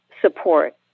support